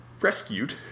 rescued